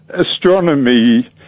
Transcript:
astronomy